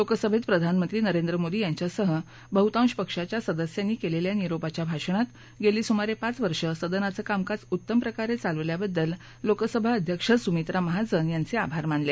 लोकसभेत प्रधानमंत्री नरेंद्र मोदी यांच्यासह बहुतांश पक्षांच्या सदस्यांनी केलेल्या निरोपाच्या भाषणात गेली सुमारे पाच वर्ष सदनाचं कामकाज उत्तमप्रकारे चालवल्याबद्दल लोकसभाध्यक्ष सुमित्रा महाजन यांचे आभार मानले